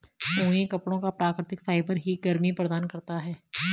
ऊनी कपड़ों का प्राकृतिक फाइबर ही गर्मी प्रदान करता है